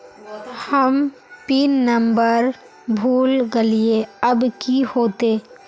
हम pin number भूल गलिऐ अब की होते?